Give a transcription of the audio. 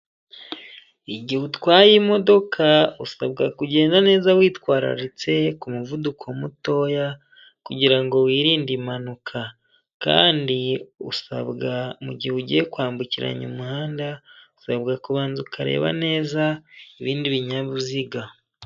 Igihe utwaye imodoka usabwa kugenda neza witwararitse ku muvuduko mutoya, kugira ngo wirinde impanuka. Kandi usabwa mu gihe ugiye kwambukiranya umuhanda, usabwa kubanza ukareba neza ibindi binyabiziga.